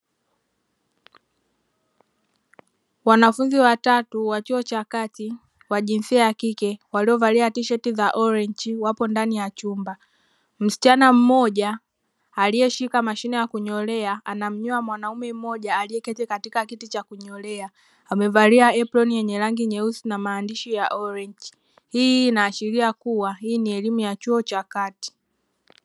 Wanafunzi watatu wa chuo cha kati wa jinsia ya kike waliovalia tisheti za "orange" ( rangi ya chungwa) wapo ndani ya chumba, msichana mmoja aliyeshika mashine ya kunyolea anamnyoa mwanaume mmoja aliyeketi katika kiti cha kunyolea amevalia "Apron" yenye rangi nyeusi na maandishi ya ("orange") chungwa hii inaashiria kuwa hii ni elimu ya chuo cha kati.